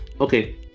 Okay